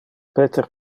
peter